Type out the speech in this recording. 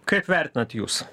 kaip vertinat jūs